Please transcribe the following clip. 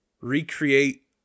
recreate